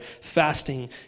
Fasting